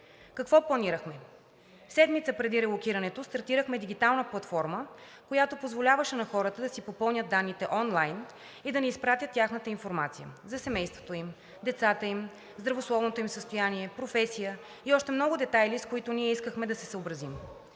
Какво планирахме? Седмица преди релокирането стартирахме дигитална платформа, която позволяваше на хората да си попълнят данните онлайн и да ни изпратят тяхната информация – за семейството им, децата им, здравословното им състояние, професия и още много детайли, с които ние искахме да се съобразим.